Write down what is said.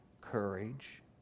courage